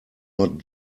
not